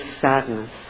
sadness